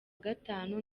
gatanu